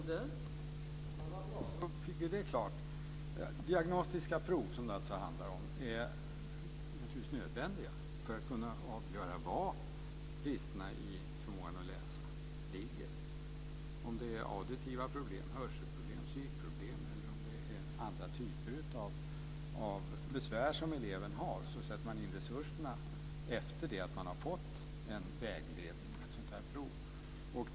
Fru talman! Vad bra, då fick vi det klart. Diagnostiska prov, som det alltså handlar om, är naturligtvis nödvändiga för att kunna avgöra var bristerna i förmågan att läsa ligger, för att avgöra om det är auditiva problem, hörselproblem, synproblem eller om det är andra typer av besvär som eleven har. Då kan man sätta in resurserna efter det att man har fått en vägledning genom ett sådant här prov.